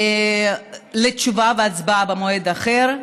לתשובה והצבעה במועד אחר,